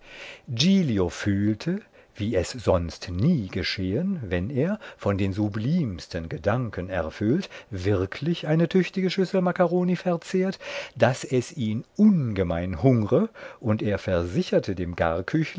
fühlte wie es sonst nie geschehen wenn er von den sublimsten gedanken erfüllt wirklich eine tüchtige schüssel makkaroni verzehrt daß es ihn ungemein hungre und er versicherte dem